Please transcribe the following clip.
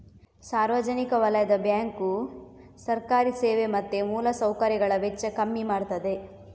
ಸಾರ್ವಜನಿಕ ವಲಯದ ಬ್ಯಾಂಕು ಸರ್ಕಾರಿ ಸೇವೆ ಮತ್ತೆ ಮೂಲ ಸೌಕರ್ಯಗಳ ವೆಚ್ಚ ಕಮ್ಮಿ ಮಾಡ್ತದೆ